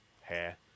hair